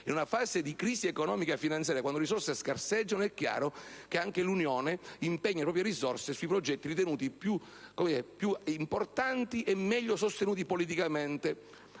In una fase di crisi economica e finanziaria, quando le risorse scarseggiano, è chiaro che anche l'Unione impegna i propri fondi sui progetti ritenuti più importanti e meglio sostenuti politicamente.